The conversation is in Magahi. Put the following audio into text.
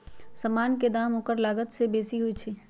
समान के दाम ओकर लागत से बेशी होइ छइ